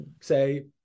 say